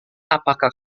apakah